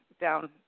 down